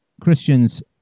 Christians